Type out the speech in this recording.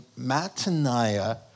Mataniah